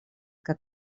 que